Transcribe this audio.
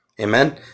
Amen